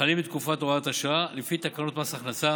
החלים בתקופה הוראת השעה, לפי תקנות מס הכנסה